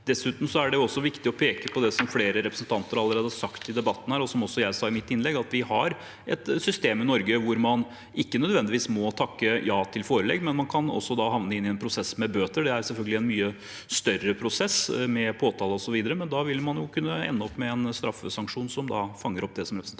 Dessuten er det viktig å peke på det som flere representanter allerede har sagt i debatten, og som også jeg sa i mitt innlegg, at vi har et system i Norge hvor man ikke nødvendigvis må takke ja til forelegg, men man kan da havne inn i en prosess med bøter. Det er selvfølgelig en mye større prosess, med påtale osv., men da vil man kunne ende opp med en straffesanksjon som fanger opp det som representanten